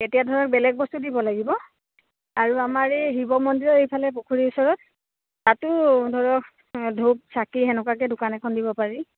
তেতিয়া ধৰক বেলেগ বস্তু দিব লাগিব আৰু আমাৰ এই শিৱ মন্দিৰৰ এইফালে পুখুৰীৰ ওচৰত তাতো ধৰক ধূপ চাকি সেনেকুৱাকে দোকান এখন দিব পাৰি